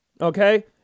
Okay